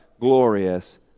glorious